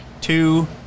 two